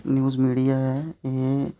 news media ऐ एह्